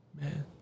Man